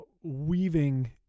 weaving